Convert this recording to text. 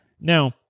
Now